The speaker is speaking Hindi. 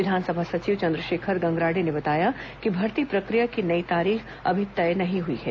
विधानसभा सचिव चंद्रशेखर गंगराडे ने बताया कि भर्ती प्रक्रिया की नई तारीख अभी तय नहीं हुई है